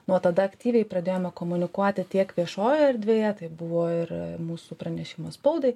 nuo tada aktyviai pradėjome komunikuoti tiek viešojoje erdvėje tai buvo ir mūsų pranešimas spaudai